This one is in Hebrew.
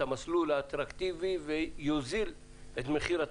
המסלול האטרקטיבי ויוזיל את מחיר